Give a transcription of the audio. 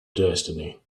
destiny